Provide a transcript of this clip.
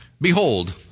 behold